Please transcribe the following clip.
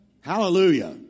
hallelujah